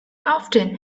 often